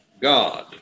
God